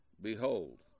behold